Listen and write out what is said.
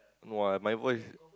no ah my voice is